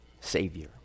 Savior